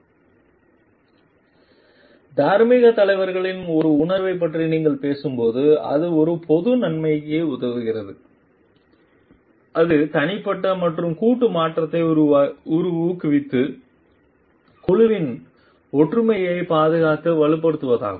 slide நேரம் 3837 பார்க்கவும் தார்மீகத் தலைமையின் ஒரு உணர்வைப் பற்றி நீங்கள் பேசும்போது அது ஒரு பொது நன்மைக்கு உதவுகிறது அது தனிப்பட்ட மற்றும் கூட்டு மாற்றத்தை ஊக்குவித்து குழுவின் ஒற்றுமையைப் பாதுகாத்து வலுப்படுத்துவதாகும்